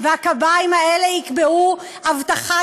הם פשוט עוברים